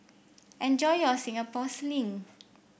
enjoy your Singapore Sling